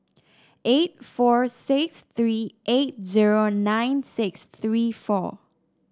eight four six three eight zero nine six three four